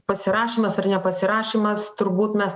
pasirašymas ar nepasirašymas turbūt mes